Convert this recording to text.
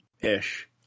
ish